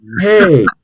hey